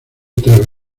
tres